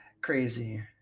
Crazy